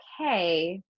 okay